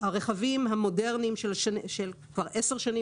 הרכבים המודרניים של 10 השנים האחרונות,